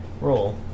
roll